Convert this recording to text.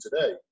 today